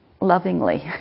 lovingly